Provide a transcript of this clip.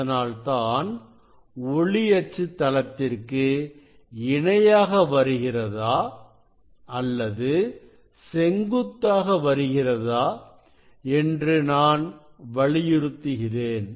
அதனால்தான் ஒளி அச்சு தளத்திற்கு இணையாக வருகிறதா அல்லது செங்குத்தாக வருகிறதா என்று நான் வலியுறுத்துகிறேன்